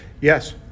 Yes